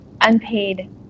unpaid